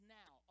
now